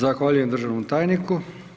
Zahvaljujem državnom tajniku.